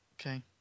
okay